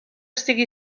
sigui